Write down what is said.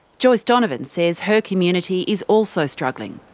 joyce donovan says her community is also struggling.